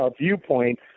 viewpoint